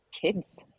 kids